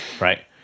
right